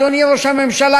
אדוני ראש הממשלה,